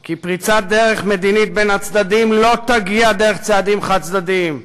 כי פריצת דרך מדינית בין הצדדים לא תגיע דרך צעדים חד-צדדיים,